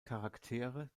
charaktere